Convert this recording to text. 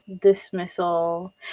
dismissal